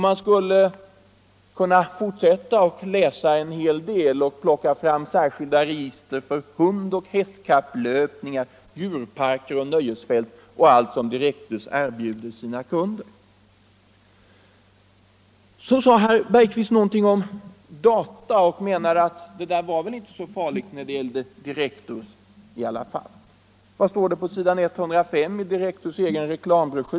Man skulle kunna fortsätta att läsa en hel del och plocka fram särskilda register för hundoch hästkapplöpningar, djurparker och nöjesfält och allt annat som Direktus erbjuder sina kunder. Så sade herr Bergqvist någonting om data och menade att det väl inte var så farligt, i alla fall inte när det gällde Direktus. Men vad står det på s. 105 i Direktus egen reklambroschyr?